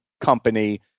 company